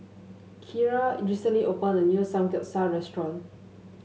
Keira recently opened a new Samgyeopsal restaurant